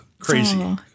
Crazy